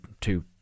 two